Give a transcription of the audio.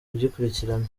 kugikurikirana